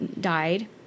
died